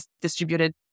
distributed